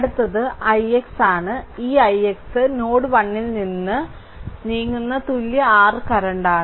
അടുത്തത് ix ആണ് ഈ ix ix നോഡ് 1 ൽ നിന്ന് 2 ലേക്ക് നീങ്ങുന്ന തുല്യ r കറന്റാണ്